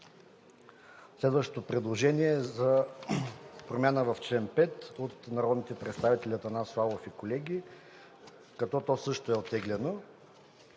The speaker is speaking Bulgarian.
Следващото предложение е за промяна в чл. 5 от народните представители Атанас Славов и колеги, като то също е оттеглено.